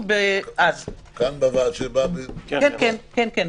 לכן אני לא מקבלת את האירוע הזה,